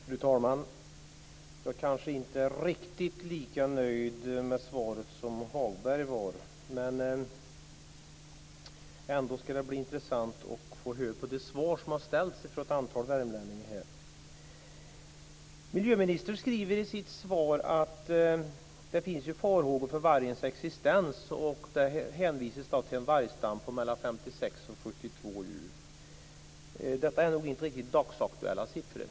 Fru talman! Jag är kanske inte riktigt lika nöjd med svaret som Michael Hagberg var, men det ska bli intressant att få höra svaren på de frågor som har ställts av värmlänningarna här. Miljöministern skriver i sitt svar att det finns farhågor för vargens existens, och så hänvisar han till en vargstam på mellan 56 och 72 djur. Detta är nog inte dagsaktuella siffror.